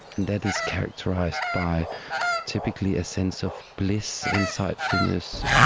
and that is characterised by typically a sense of bliss, insightfulness,